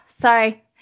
sorry